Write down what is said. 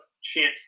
Chance